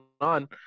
on